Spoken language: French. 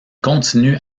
continue